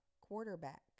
Quarterback